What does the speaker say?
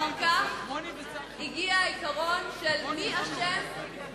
אחר כך הגיע העיקרון של, מי בסרבנות